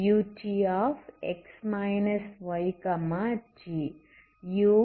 same utx yt